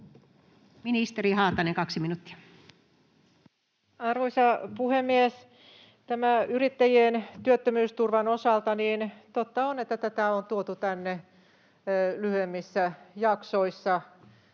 muuttamisesta Time: 15:49 Content: Arvoisa puhemies! Tämän yrittäjien työttömyysturvan osalta totta on, että tätä on tuotu tänne lyhyemmissä jaksoissa,